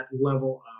level